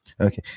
Okay